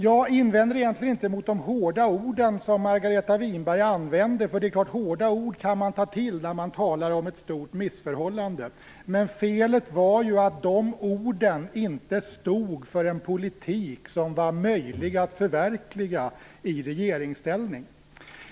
Jag invänder egentligen inte mot de hårda ord som Margareta Winberg använde, därför att hårda ord kan man självklart ta till när man talar om ett stort missförhållande. Men felet var ju att de orden inte stod för en politik som var möjlig att förverkliga i regeringsställning.